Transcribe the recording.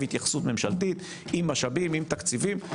התייחסות ממשלתית עם משאבים ותקציבים,